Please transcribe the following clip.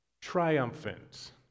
triumphant